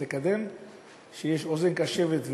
יש אוזן קשבת,